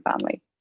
family